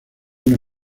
una